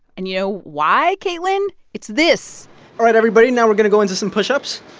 and you know why, caitlin? it's this all right, everybody. now we're going to go into some push-ups.